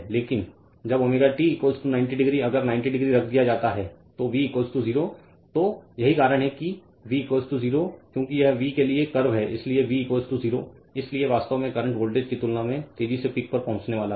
लेकिन जब ω t 90 degree अगर 90 डिग्री रख दिया जाता है तो V 0 तो यही कारण है कि V 0 क्योंकि यह V के लिए कर्व है इसलिए V 0 इसलिए वास्तव में करंट वोल्टेज की तुलना में तेजी से पीक पर पहुंचने वाला है